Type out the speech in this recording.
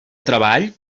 treball